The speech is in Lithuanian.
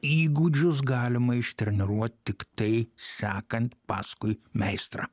įgūdžius galima ištreniruot tiktai sekant paskui meistrą